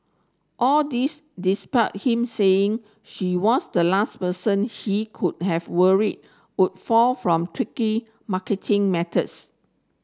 all this despite him saying she was the last person he could have worried would fall from tricky marketing methods